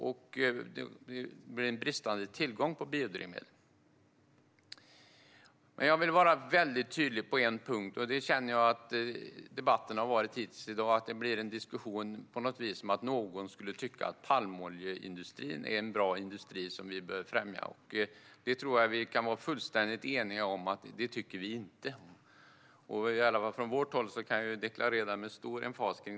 Det blir då en bristande tillgång på biodrivmedel. Jag vill vara tydlig på en punkt. I debatten hittills i dag känner jag att det på något vis har blivit en diskussion om att någon skulle tycka att palmoljeindustrin är en bra industri, som vi bör främja. Jag tror att vi kan vara fullständigt eniga om att vi inte tycker det. I alla fall kan jag från vårt håll deklarera detta med stor emfas.